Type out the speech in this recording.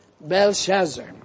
Belshazzar